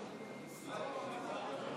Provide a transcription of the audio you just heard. היושב-ראש,